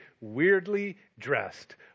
weirdly-dressed